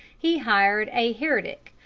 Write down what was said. he hired a herdic,